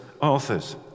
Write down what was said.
authors